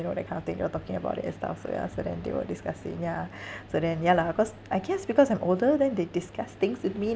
you know that kind of thing they were talking about it and stuff so ya so then they were discussing ya so then ya lah cause I guess because I'm older then they discuss things with me